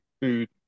food